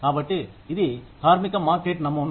కాబట్టి ఇది కార్మిక మార్కెట్ నమోనా